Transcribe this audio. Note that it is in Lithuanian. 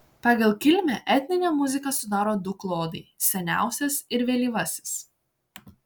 pagal kilmę etninę muziką sudaro du klodai seniausias ir vėlyvasis